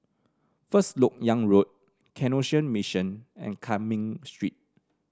First LoK Yang Road Canossian Mission and Cumming Street